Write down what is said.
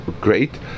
great